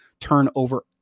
turnover